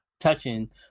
touching